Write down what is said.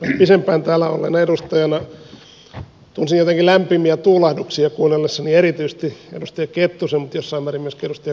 pidempään täällä olleena edustajana tunsin jotenkin lämpimiä tuulahduksia kuunnellessani erityisesti edustaja kettusen mutta jossain määrin myöskin edustaja kalmarin puheenvuoroa